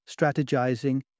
strategizing